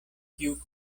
kiu